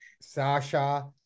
Sasha